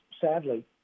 sadly